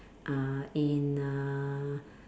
uh in uh